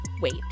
wait